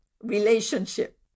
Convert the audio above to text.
relationship